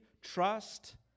trust